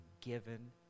given